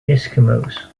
eskimos